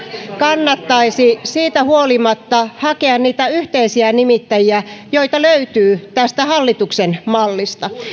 kannattaisi siitä huolimatta hakea niitä yhteisiä nimittäjiä joita löytyy tästä hallituksen mallista